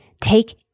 take